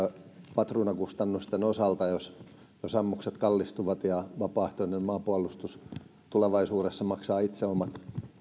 patruunakustannusten osalta jos jos ammukset kallistuvat ja vapaaehtoinen maanpuolustus tulevaisuudessa maksaa itse omat